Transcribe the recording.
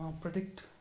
predict